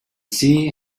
sea